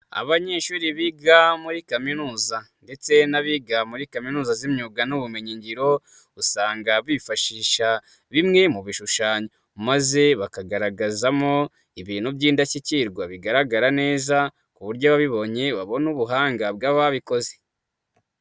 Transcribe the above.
Abanyeshuri biga muri kaminuza ndetse n'abiga muri kaminuza z'imyuga n'ubumenyingiro, usanga bifashisha bimwe mu bishushanyo, maze bakagaragazamo ibintu by'indashyikirwa bigaragara neza ku buryo wabibonye babona ubuhanga bw'ababikoze.